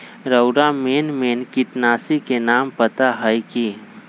रउरा main main किटनाशी के नाम पता हए कि?